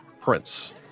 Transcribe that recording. prince